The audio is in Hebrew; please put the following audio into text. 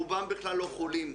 רובם בכלל לא חולים.